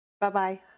bye-bye